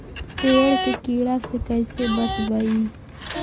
पेड़ के कीड़ा से कैसे बचबई?